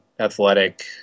athletic